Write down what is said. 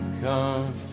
come